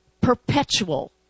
perpetual